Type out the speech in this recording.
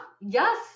yes